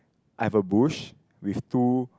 I have a bush with two